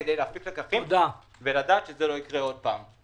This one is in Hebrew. כדי להפיק לקחים ולדעת שזה לא יקרה עוד פעם.